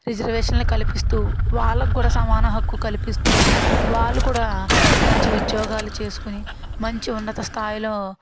రిజర్వేషన్లు కల్పిస్తూ వాళ్ళకి కూడా సమాన హక్కు కల్పిస్తూ వాళ్ళు కూడా మంచి ఉద్యోగాలు చేసుకొని మంచి ఉన్నత స్థాయిలో